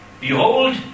Behold